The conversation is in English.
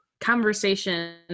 conversation